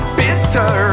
bitter